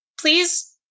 please